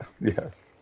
Yes